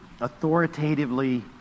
authoritatively